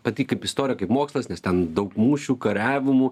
pati kaip istorija kaip mokslas nes ten daug mūšių kariavimų